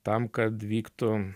tam kad vyktų